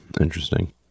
interesting